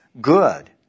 good